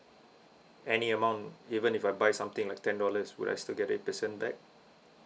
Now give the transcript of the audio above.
any amount even if I buy something like ten dollars would I still get eight percent back